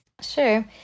Sure